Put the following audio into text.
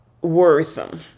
worrisome